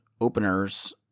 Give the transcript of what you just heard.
openers